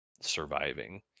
surviving